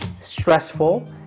stressful